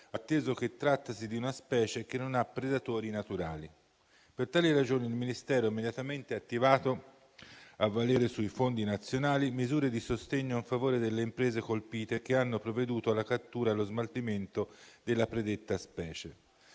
atteso che trattasi di una specie che non ha predatori naturali. Per tali ragioni, il Ministero ha immediatamente attivato, a valere sui fondi nazionali, misure di sostegno in favore delle imprese colpite che hanno provveduto alla cattura e allo smaltimento della predetta specie.